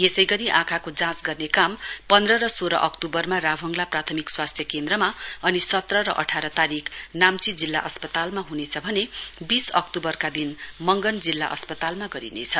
यसै गरी आँखाको जाँच गर्ने काम पन्ध्र र सोह्व अक्तूबरमा राभङला प्राथमिक स्वास्थ्य केन्द्रमा अनि सत्र र अठार तारीक नाम्ची जिल्ला अस्पतालमा ह्वनेछ भने वीस अक्तूवरका दिन मँगन जिल्ला अस्पतालमा गरिनेछ